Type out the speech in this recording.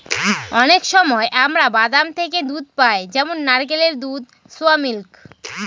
অনেক সময় আমরা বাদাম থেকে দুধ পাই যেমন নারকেলের দুধ, সোয়া মিল্ক